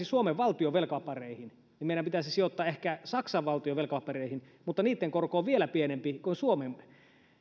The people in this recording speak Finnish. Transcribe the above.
suomen valtion velkapapereihin niin meidän pitäisi sijoittaa ehkä saksan valtion velkapapereihin mutta niitten korko on vielä pienempi kuin suomen